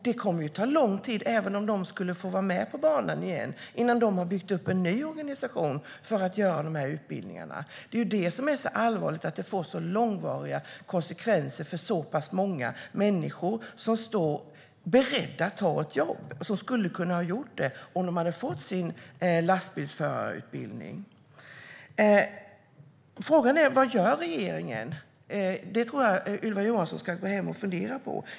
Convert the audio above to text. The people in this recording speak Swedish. Det kommer att ta lång tid, även om de skulle få vara med på banan igen, innan de har byggt upp en ny organisation för att göra dessa utbildningar. Det som är allvarligt är att det får så långvariga konsekvenser för så pass många människor som står beredda att ta ett jobb. De skulle kunna ha gjort det om de hade fått sin lastbilsförarutbildning. Frågan är: Vad gör regeringen? Det tror jag Ylva Johansson ska gå hem och fundera på.